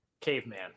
Caveman